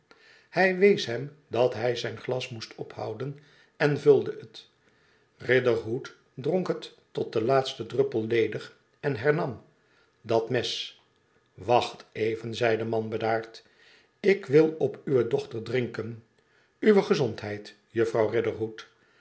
hij wees hem dat hij zijn glas moest ophouden en vulde het riderhood dronk het tot den laatsten druppel ledig en hernam dat mes wacht even zei de man bedaard ik wil op uwe dochter drinken uwe gezondheid